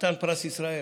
חתן פרס ישראל.